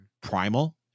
primal